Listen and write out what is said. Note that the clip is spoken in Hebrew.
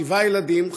שבעה ילדים,